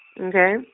okay